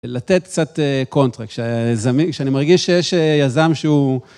לתת קצת קונטרקט, כשאני מרגיש שיש יזם שהוא...